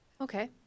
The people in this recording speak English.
Okay